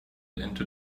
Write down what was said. into